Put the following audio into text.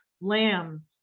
lamb